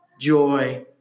joy